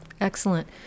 excellent